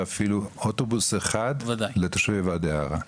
אפילו אוטובוס אחד לתושבי ואדי ערה,